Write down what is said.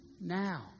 now